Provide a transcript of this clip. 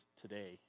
today